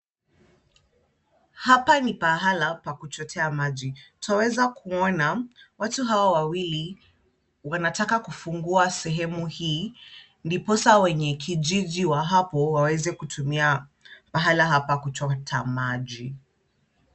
Hapa ni pahala pa kuchotea maji ,twaweza kuona watu hawa wawili wanataka kufungua sehemu hii ndiposa wenye kijiji wa hapo waweze kutumia pahala hapa kuchota maji.